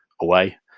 away